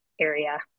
area